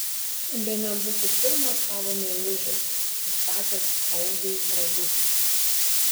bene būsiu pirmas tavo meilužis įstatęs augiui ragus